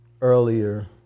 earlier